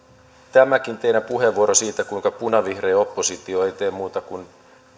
tämäkin teidän puheenvuoronne siitä kuinka punavihreä oppositio ei tee muuta kuin